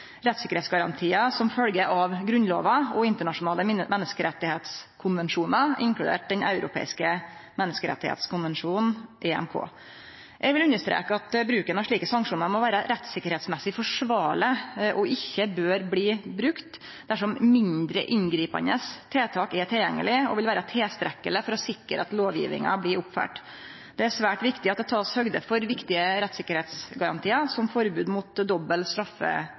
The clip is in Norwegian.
som følgjer av Grunnlova og internasjonale menneskerettskonvensjonar, inkludert Den europeiske menneskerettskonvensjon, EMK. Eg vil understreke at bruken av slike sanksjonar må vere rettssikkerheitsmessig forsvarleg, og at dette ikkje bør bli brukt dersom mindre inngripande tiltak er tilgjengelege og vil vere tilstrekkelege for å sikre at lovgjevinga blir følgd opp. Det er svært viktig at det blir teke høgd for viktige rettssikkerheitsgarantiar, som forbod mot dobbel